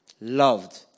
loved